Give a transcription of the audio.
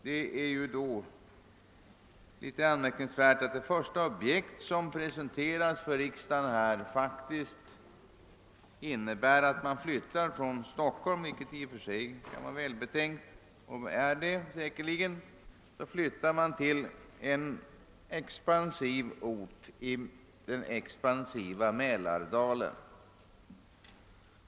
Då är det anmärkningsvärt att det första objekt som presenteras för riksdagen är en flyttning från Stockholm till en expansiv ort i den likaledes expansiva Mälardalen.